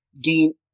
gain